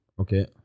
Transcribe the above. Okay